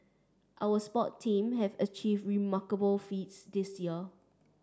our sport team have achieved remarkable feats this year